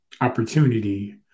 opportunity